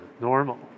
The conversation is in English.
normal